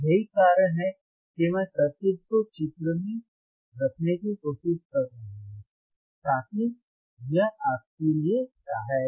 यही कारण है कि मैं सर्किट को चित्र में रखने की कोशिश कर रहा हूं ताकि यह आपके लिए सहायक हो